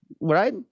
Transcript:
right